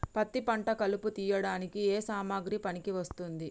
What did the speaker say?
పత్తి పంట కలుపు తీయడానికి ఏ సామాగ్రి పనికి వస్తుంది?